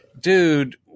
dude